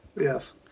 Yes